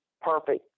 perfect